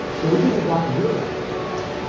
there was even a black mirror episode about it.